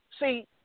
See